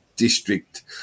district